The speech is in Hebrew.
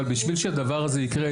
אבל בשביל שהדבר הזה ייקרה,